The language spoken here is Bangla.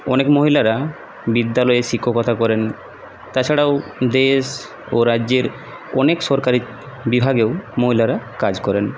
অনেক মহিলারা বিদ্যালয়ে শিক্ষকতা করেন তাছাড়াও দেশ ও রাজ্যের অনেক সরকারি বিভাগেও মহিলারা কাজ করেন